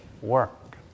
work